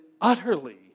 utterly